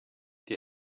dir